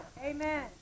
Amen